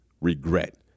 regret